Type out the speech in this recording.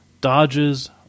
Dodges